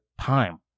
time